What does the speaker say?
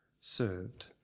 served